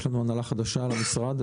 יש הנהלה חדשה למשרד.